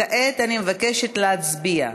כעת אני מבקשת להצביע.